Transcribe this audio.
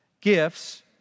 gifts